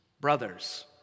brothers